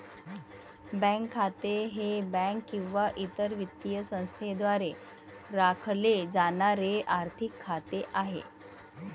bank खाते हे bank किंवा इतर वित्तीय संस्थेद्वारे राखले जाणारे आर्थिक खाते आहे